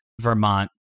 Vermont